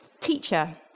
Teacher